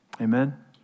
Amen